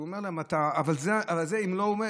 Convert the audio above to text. אז הוא אמר להם: אבל אם לא זה,